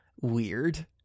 weird